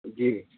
جی